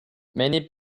many